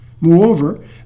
Moreover